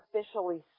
officially